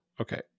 Okay